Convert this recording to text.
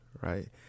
right